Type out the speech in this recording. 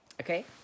Okay